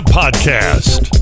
podcast